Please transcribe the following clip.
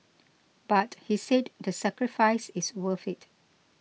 but he said the sacrifice is worth it